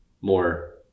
more